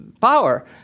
power